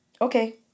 Okay